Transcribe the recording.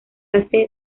hace